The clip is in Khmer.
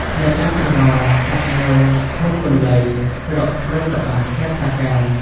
អ្នកតាត្រងោល ស្ថិតនៅក្នុងឃុំពន្លៃ ស្រុកព្រៃកប្បាស ខេត្ត តាកែវ ។